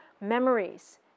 memories